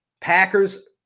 Packers